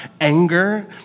anger